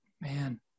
Man